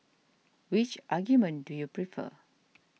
which argument do you prefer